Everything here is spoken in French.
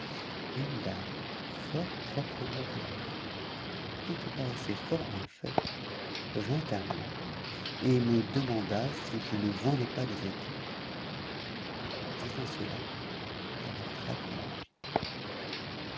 une dame fort proprement habillée et qui paraissait fort bien faite vint à moi et me demanda si je ne vendais pas des étoffes en disant cela elle entra dans le logis